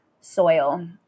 soil